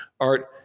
art